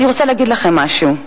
אני רוצה להגיד לכם משהו,